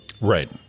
Right